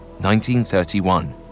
1931